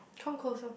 come closer